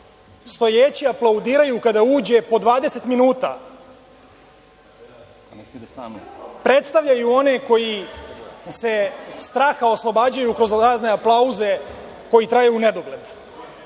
stojeći aplaudiraju kada uđe po 20 minuta, predstavljaju one koji se straha oslobađaju kroz razne aplauze koji traju u nedogled. Kada